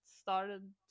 started